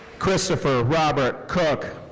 christopher robert cook.